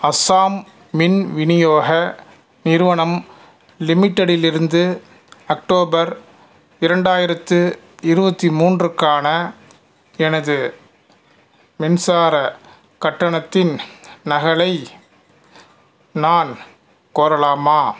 அஸ்ஸாம் மின் விநியோக நிறுவனம் லிமிட்டெடிலிருந்து அக்டோபர் இரண்டாயிரத்து இருபத்தி மூன்றுக்கான எனது மின்சாரக் கட்டணத்தின் நகலை நான் கோரலாமா